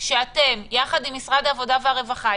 שאתם ביחד עם משרד העבודה והרווחה,